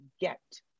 get